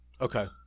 Okay